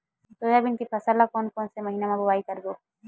Soybean के फसल ल कोन कौन से महीना म बोआई करबो?